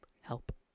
Help